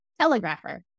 telegrapher